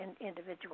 individual